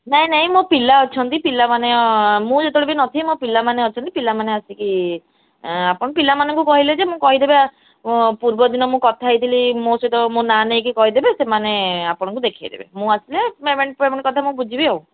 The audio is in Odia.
ନାଇ ନାଇ ମୋ ପିଲା ଅଛନ୍ତି ପିଲାମାନେ ମୁଁ ଯେତେବେଳେ ନଥିବି ମୋ ପିଲାମାନେ ଅଛନ୍ତି ପିଲାମାନେ ଆସିକି ଆପଣ ପିଲାମାନଙ୍କୁ କହିଲେ ଯେ ମୁଁ କହିଦେବି ପୂର୍ବଦିନ ମୁଁ କଥା ହେଇଥିଲି ମୋ ସହିତ ମୋ ନାଁ ନେଇକି କହିଦେବେ ସେମାନେ ଆପଣଙ୍କୁ ଦେଖେଇ ଦେବେ ମୁଁ ମୁଁ ଆସିଲେ ପେମେଣ୍ଟ ଫେମେଣ୍ଟ କଥା ବୁଝିବି ଆଉ